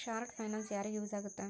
short finance ಯಾರಿಗ use ಆಗತ್ತಾ